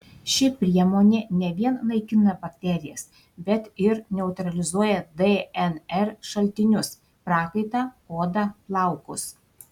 ši priemonė ne vien naikina bakterijas bet ir neutralizuoja dnr šaltinius prakaitą odą plaukus